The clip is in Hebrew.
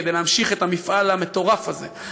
כדי להמשיך את המפעל המטורף הזה,